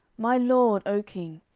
my lord, o king,